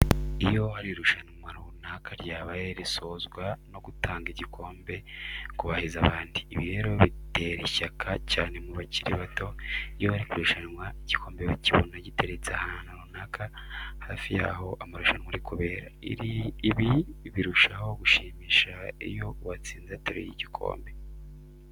Iyo hari irushanwa runaka ryabaye risozwa no gutanga igikombe ku bahize abandi. Ibi rero bitera ishyaka cyane mu bakiri bato iyo bari kurushanwa igikombe bakibona giteretse ahantu runaka hafi yaho amarushanwa ari kubera. Ibi birushaho gushimisha iyo uwatsinze ateruye igikombe.